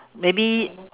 maybe